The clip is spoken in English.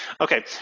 Okay